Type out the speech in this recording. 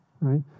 right